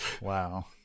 Wow